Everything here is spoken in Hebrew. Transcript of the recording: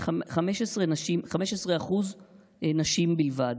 15% נשים בלבד,